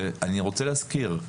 אני רוצה להזכיר,